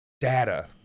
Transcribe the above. data